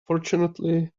fortunately